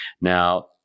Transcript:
Now